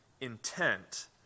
intent